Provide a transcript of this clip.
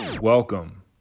Welcome